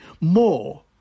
more